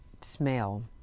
smell